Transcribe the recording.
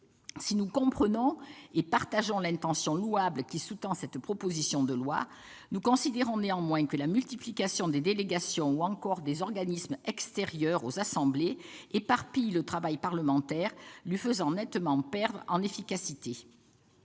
Si nous comprenons et partageons l'intention louable qui sous-tend cette proposition de loi, nous considérons néanmoins que la multiplication des délégations, ou encore des organismes extérieurs aux assemblées, éparpille le travail parlementaire, lui faisant nettement perdre en efficacité.